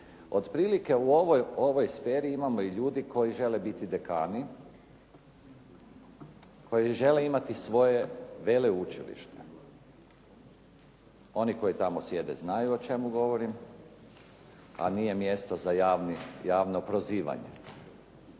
Otprilike u ovoj sferi imamo i ljudi koji žele biti dekani, koji žele imati svoje veleučilište. Oni koji tamo sjede znaju o čemu govorim, a nije mjesto za javno prozivanje.